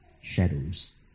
shadows